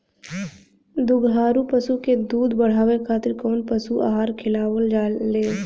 दुग्धारू पशु के दुध बढ़ावे खातिर कौन पशु आहार खिलावल जाले?